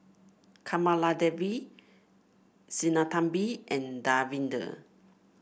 Kamaladevi Sinnathamby and Davinder